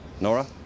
Nora